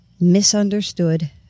misunderstood